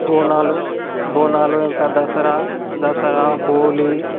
బోనాలు బోనాలు ఇంకా దసరా దసరా హోలీ